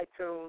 iTunes